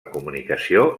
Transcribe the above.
comunicació